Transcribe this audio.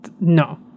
no